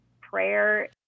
prayer